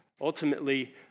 Ultimately